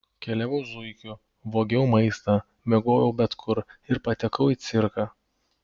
keliavau zuikiu vogiau maistą miegojau bet kur ir patekau į cirką